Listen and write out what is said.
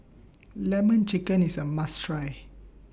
Lemon Chicken IS A must Try